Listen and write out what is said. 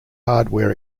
hardware